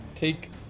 take